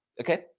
Okay